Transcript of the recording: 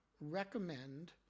recommend